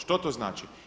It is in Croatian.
Što to znači?